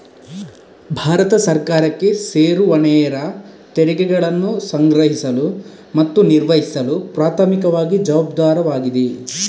ಭಾರತ ಸರ್ಕಾರಕ್ಕೆ ಸೇರುವನೇರ ತೆರಿಗೆಗಳನ್ನು ಸಂಗ್ರಹಿಸಲು ಮತ್ತು ನಿರ್ವಹಿಸಲು ಪ್ರಾಥಮಿಕವಾಗಿ ಜವಾಬ್ದಾರವಾಗಿದೆ